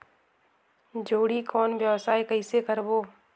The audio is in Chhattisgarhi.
जोणी कौन व्यवसाय कइसे करबो?